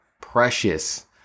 precious